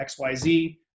XYZ